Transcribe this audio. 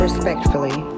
Respectfully